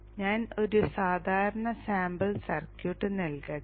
ഞാൻ ഒരു സാധാരണ സാമ്പിൾ സർക്യൂട്ട് നൽകട്ടെ